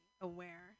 aware